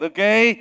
Okay